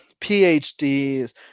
PhDs